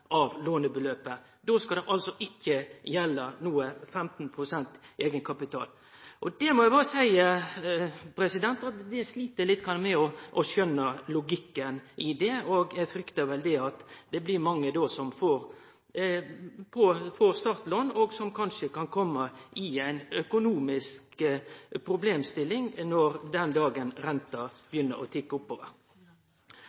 av lånebeløpet. Då skal ikkje 15 pst. eigenkapital gjelde. Det må eg berre seie eg slit litt med å skjøne logikken i. Eg fryktar at det blir mange som får startlån, og som kanskje kan kome i økonomiske problem den dagen renta